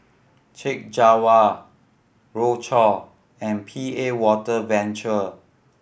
Chek Jawa Rochor and P A Water Venture